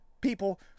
people